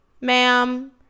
ma'am